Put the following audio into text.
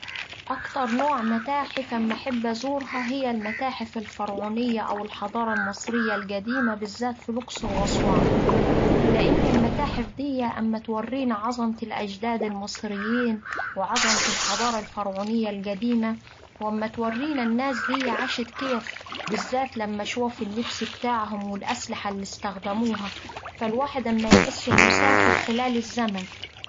أكتر نوع متاحف أما أحب أزورها هي المتاحف الفرعونية أو الحضارة المصرية القديمة بالذات في الأقصر وأسوان. لإن المتاحف دية أما تورينا عظمة الأجداد المصريين وعظمة الحضارة الفرعونية القديمة وأما تورينا الناس دية عاشت كيف بالذات لما أشوف اللبس بتاعهم والأسلحة اللي استخدموها، فالواحد أما يحس أنه سافر خلال الزمن.